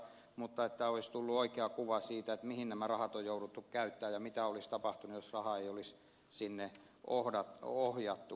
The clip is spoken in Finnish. mutta että tulisi oikea kuva siitä mihin nämä rahat on jouduttu käyttämään ja mitä olisi tapahtunut jos rahaa ei olisi sinne ohjattu